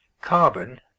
carbon